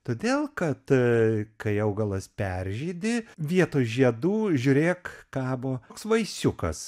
todėl kad a kai augalas peržydi vietoj žiedų žiūrėk kabo vaisiukas